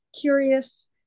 curious